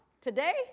Today